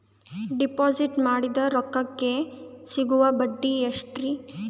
Deposit ಮಾಡಿದ ರೊಕ್ಕಕೆ ಸಿಗುವ ಬಡ್ಡಿ ಎಷ್ಟ್ರೀ?